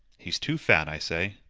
he's too fat, i say.